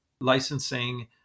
licensing